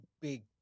big